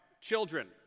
children